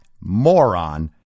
moron